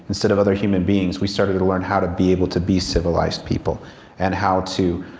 instead of other human beings, we started to learn how to be able to be civilized people and how to